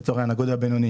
לצורך העניין הגודל הבינוני.